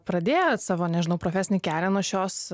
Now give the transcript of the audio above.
pradėjot savo nežinau profesinį kelią nuo šios